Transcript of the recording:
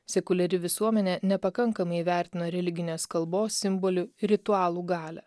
sekuliari visuomenė nepakankamai įvertino religinės kalbos simbolių ir ritualų galią